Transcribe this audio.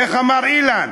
איך אמר אילן?